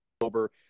over